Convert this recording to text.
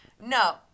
No